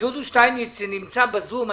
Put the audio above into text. דודו שטיינמץ נמצא ב-זום.